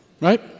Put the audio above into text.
right